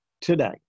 today